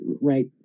right